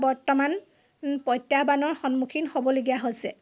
বৰ্তমান প্ৰত্য়াহ্বানৰ সন্মুখীন হ'বলগীয়া হৈছে